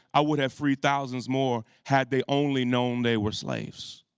i would have free thousands more had they only known they were slaves.